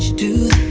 do